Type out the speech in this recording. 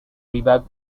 revive